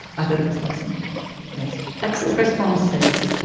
i thought it was awesome yes. excellent responses.